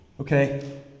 Okay